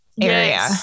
area